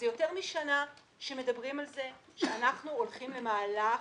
וזה יותר משנה שמדברים על זה שאנחנו הולכים למהלך